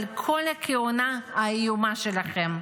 הכהונה האיומה שלכם.